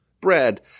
bread